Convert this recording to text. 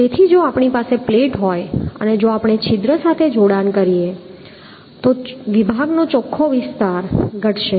તેથી જો આપણી પાસે પ્લેટ હોય અને જો આપણે છિદ્ર સાથે જોડાણ કરીએ તો વિભાગનો ચોખ્ખો વિસ્તાર ઘટશે